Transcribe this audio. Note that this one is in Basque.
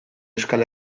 euskal